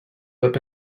web